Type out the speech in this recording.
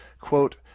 quote